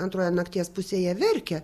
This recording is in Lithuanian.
antroje nakties pusėje verkia